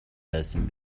байсан